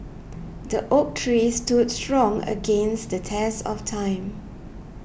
the oak tree stood strong against the test of time